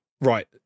Right